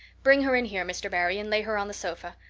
bring her in here, mr. barry, and lay her on the sofa.